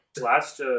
last